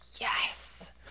yes